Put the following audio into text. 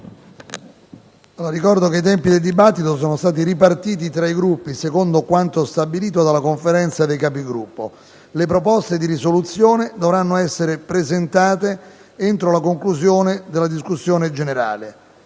Ricordo che i tempi del dibattito sono stati ripartiti tra i Gruppi secondo quanto stabilito dalla Conferenza dei Capigruppo. Le proposte di risoluzione dovranno essere presentate entro la conclusione della discussione.